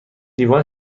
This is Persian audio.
لیوان